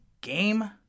game